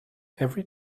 every